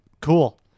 cool